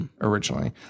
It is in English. originally